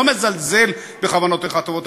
לא מזלזל בכוונותיך הטובות,